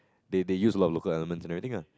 they they use a lot of local elements and everything lah